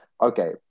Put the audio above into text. okay